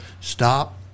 stop